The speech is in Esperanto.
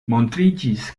montriĝis